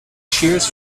cheers